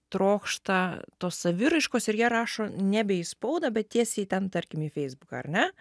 trokšta tos saviraiškos ir jie rašo nebe į spaudą bet tiesiai į ten tarkim į feisbuką ar ne